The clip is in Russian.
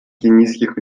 кенийских